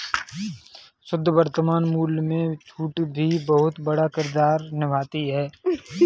शुद्ध वर्तमान मूल्य में छूट भी बहुत बड़ा किरदार निभाती है